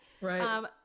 Right